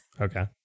Okay